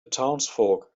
townsfolk